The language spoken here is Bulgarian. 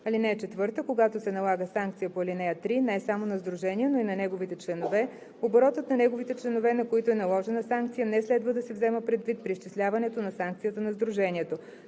година. (4) Когато се налага санкция по ал. 3 не само на сдружение, но и на неговите членове, оборотът на неговите членове, на които е наложена санкция, не следва да се взема предвид при изчисляването на санкцията